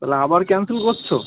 তাহলে আবার ক্যানসেল করছ